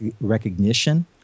recognition